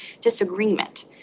disagreement